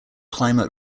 climate